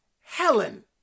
Helen